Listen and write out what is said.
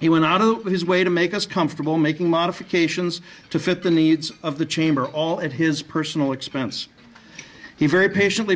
he would not open his way to make us comfortable making modifications to fit the needs of the chamber all of his personal expense he very patient